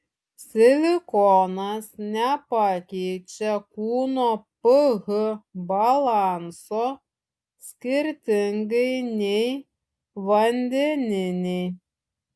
silikonas nepakeičia kūno ph balanso skirtingai nei vandeniniai